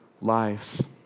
lives